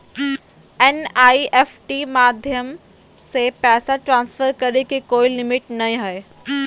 NEFT माध्यम से पैसा ट्रांसफर करे के कोय लिमिट नय हय